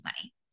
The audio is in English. money